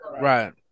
Right